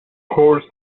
course